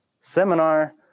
seminar